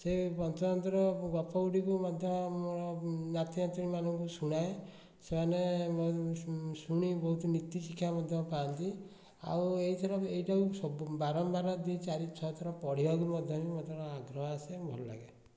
ସେ ପଞ୍ଚତନ୍ତ୍ର ଗପ ଗୁଡ଼ିକୁ ମଧ୍ୟ ମୋର ନାତି ନାତୁଣୀମାନଙ୍କୁ ଶୁଣାଏ ସେମାନେ ଶୁଣି ବହୁତ ନୀତିଶିକ୍ଷା ମଧ୍ୟ ପାଆନ୍ତି ଆଉ ଏଇଥିର ବି ଏଇଟା ସବୁ ବାରମ୍ବାର ଦୁଇ ଚାରି ଛଅଥର ପଢ଼ିବାକୁ ମଧ୍ୟ ବି ମୋତେ ଆଗ୍ରହ ଆସେ ଏବଂ ଭଲ ଲାଗେ